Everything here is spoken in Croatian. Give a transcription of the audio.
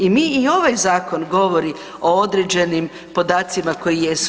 I mi i ovaj zakon govori o određenim podacima koji jesu.